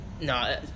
No